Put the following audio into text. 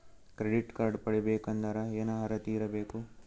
Credit card ಪಡಿಬೇಕಂದರ ಏನ ಅರ್ಹತಿ ಇರಬೇಕು?